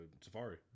Safari